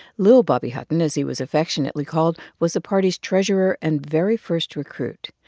little bobby hutton, as he was affectionately called, was the party's treasurer and very first recruit.